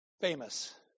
famous